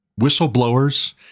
whistleblowers